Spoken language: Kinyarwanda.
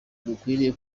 dukwiriye